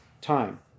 time